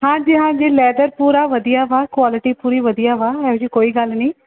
ਹਾਂਜੀ ਹਾਂਜੀ ਲੈਦਰ ਪੂਰਾ ਵਧੀਆ ਵਾ ਕੁਆਲਿਟੀ ਪੂਰੀ ਵਧੀਆ ਵਾ ਇਹੋ ਜਿਹੀ ਕੋਈ ਗੱਲ ਨਹੀਂ